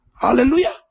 Hallelujah